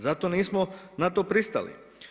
Zato nismo na to pristali.